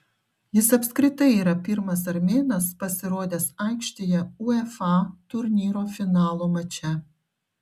jis apskritai yra pirmas armėnas pasirodęs aikštėje uefa turnyro finalo mače